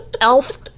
Elf